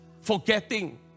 forgetting